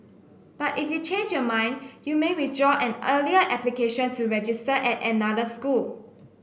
but if you change your mind you may withdraw an earlier application to register at another school